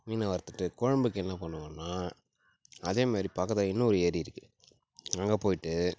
மீனை வறுத்துவிட்டு குழம்புக்கு என்ன பண்ணுவோன்னா அதேமாதிரி பக்கத்தில் இன்னொரு ஏரி இருக்கு அங்கே போயிவிட்டு